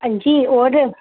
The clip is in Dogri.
हां जी होर